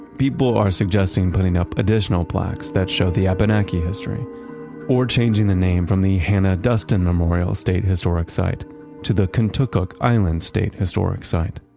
people are suggesting putting up additional plaques that showed the abenaki history or changing the name from the hannah duston memorial state historic site to the contoocook island state historic site.